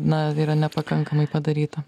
na yra nepakankamai padaryta